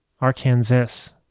Arkansas